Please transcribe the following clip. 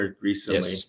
recently